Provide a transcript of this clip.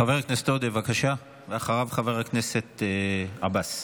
חבר הכנסת עודה, בבקשה, ואחריו, חבר הכנסת עבאס.